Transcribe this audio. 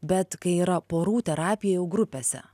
bet kai yra porų terapija jau grupėse